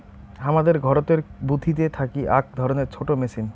হামাদের ঘরতের বুথিতে থাকি আক ধরণের ছোট মেচিন